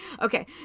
okay